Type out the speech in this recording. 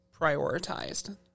prioritized